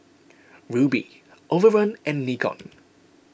Rubi Overrun and Nikon